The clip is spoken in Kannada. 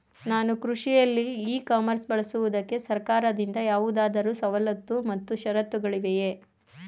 ನಾನು ಕೃಷಿಯಲ್ಲಿ ಇ ಕಾಮರ್ಸ್ ಬಳಸುವುದಕ್ಕೆ ಸರ್ಕಾರದಿಂದ ಯಾವುದಾದರು ಸವಲತ್ತು ಮತ್ತು ಷರತ್ತುಗಳಿವೆಯೇ?